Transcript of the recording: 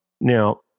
Now